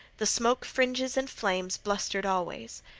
the smoke fringes and flames blustered always.